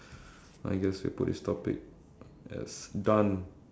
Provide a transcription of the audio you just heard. oh how do I choose my career